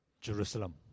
Jerusalem